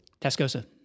Tascosa